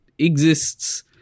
exists